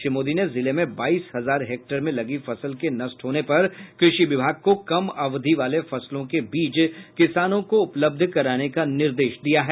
श्री मोदी ने जिले में बाईस हजार हेक्टेयर मे लगी फसल के नष्ट होने पर कृषि विभाग को कम अवधि वाले फसलों के बीज किसानों को उपलब्ध कराने का निर्देश दिया है